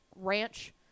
Ranch